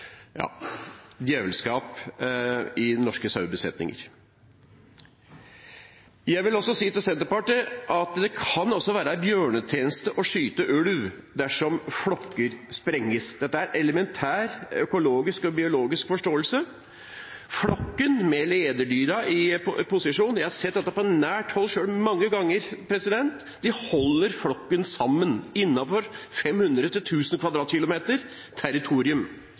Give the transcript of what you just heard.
djevelskap i norske sauebesetninger. Jeg vil også si til Senterpartiet at det kan være en bjørnetjeneste å skyte ulv dersom flokker sprenges. Dette er elementær økologisk og biologisk forståelse. Flokken med lederdyrene i posisjon – jeg har selv sett dette på nært hold mange ganger – holdes sammen innenfor et territorium på 500–1 000 km2.. Vi vet hvor de er til